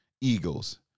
Eagles